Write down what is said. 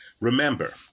Remember